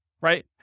right